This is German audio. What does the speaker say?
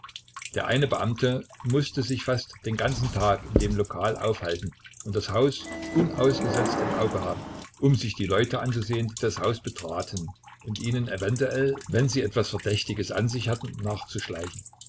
der eine beamte mußte sich fast den ganzen tag in dem lokal aufhalten und das haus unausgesetzt im auge haben um sich die leute anzusehen die das haus betraten und ihnen eventuell wenn sie etwas verdächtiges an sich hatten